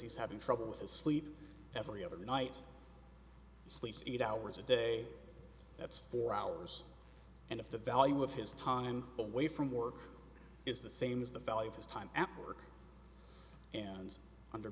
he's having trouble with his sleep every other night sleep eight hours a day that's four hours and if the value of his time away from work is the same as the value of his time at work and under